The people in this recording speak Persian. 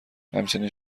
همچنین